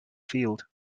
field